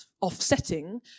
offsetting